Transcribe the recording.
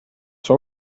sua